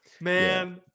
Man